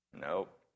Nope